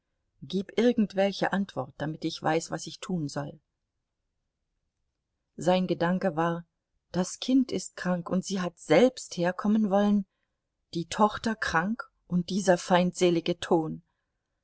gib irgendwelche antwort damit ich weiß was ich tun soll sein gedanke war das kind ist krank und sie hat selbst herkommen wollen die tochter krank und dieser feindselige ton